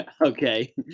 Okay